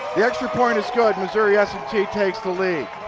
the extra point is good. missouri s and t takes the lead.